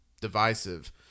divisive